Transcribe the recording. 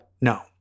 No